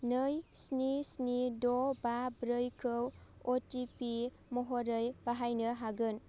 नै स्नि स्नि द' बा ब्रैखौ अटिपि महरै बाहायनो हागोन